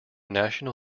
national